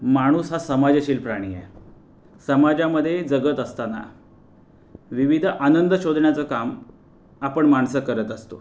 माणूस हा समाजशील प्राणी आहे समाजामध्ये जगत असताना विविध आनंद शोधण्याचं काम आपण माणसं करत असतो